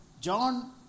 John